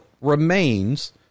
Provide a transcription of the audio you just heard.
remains